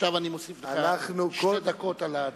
עכשיו אני מוסיף לך שתי דקות.